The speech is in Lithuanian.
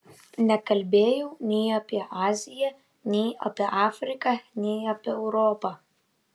nekalbėjau nei apie aziją nei apie afriką nei apie europą